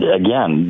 again